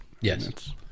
Yes